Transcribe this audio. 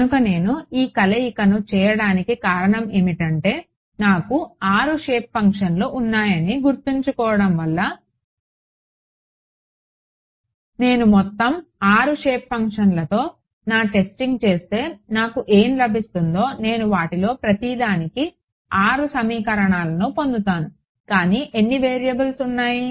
కనుక నేను ఈ కలయికను చేయడానికి కారణం ఏమిటంటే నాకు 6 షేప్ ఫంక్షన్లు ఉన్నాయని గుర్తుంచుకోవడం వల్ల నేను మొత్తం 6 షేప్ ఫంక్షన్లతో నా టెస్టింగ్ చేస్తే నాకు ఏమి లభిస్తుందో నేను వాటిలో ప్రతిదానికి 6 సమీకరణాలను పొందుతాను కానీ ఎన్ని వేరియబుల్స్ ఉన్నాయి